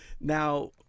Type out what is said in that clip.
Now